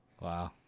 Wow